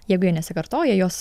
jeigu jie nesikartoja jos